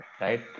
right